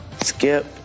Skip